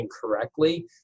correctly